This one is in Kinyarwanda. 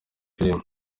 filime